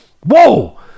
whoa